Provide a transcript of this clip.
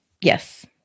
Yes